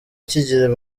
kigira